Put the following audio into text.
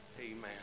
Amen